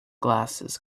glasses